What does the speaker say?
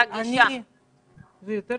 אני רואה